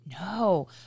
No